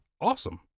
awesome